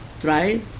try